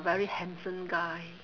very handsome guy